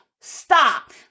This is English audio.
Stop